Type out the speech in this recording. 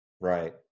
right